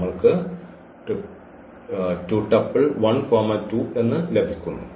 നമ്മൾക്ക് ലഭിക്കുന്നു